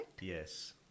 Yes